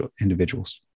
Individuals